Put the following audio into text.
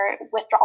withdrawal